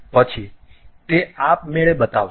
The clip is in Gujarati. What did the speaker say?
પછી તે આપમેળે બતાવશે